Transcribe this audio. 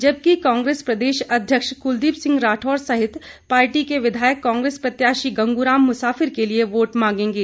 जबकि कांग्रेस प्रदेश अध्यक्ष कुलदीप सिंह राठौर सहित पार्टी के विधायक कांग्रेस प्रत्याशी गंगू राम मुसाफिर के लिए वोट मांगेंगे